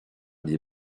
des